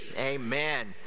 amen